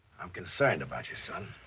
i'm concerned about you, son.